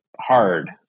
hard